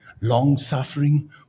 long-suffering